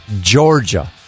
Georgia